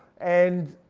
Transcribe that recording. and